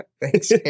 Thanks